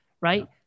right